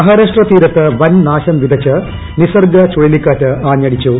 മഹാരാഷ്ട്രാ തീരത്ത് വിതച്ച് നിസർഗ ചുഴലിക്കാറ്റ് ്ആഞ്ഞടിച്ചു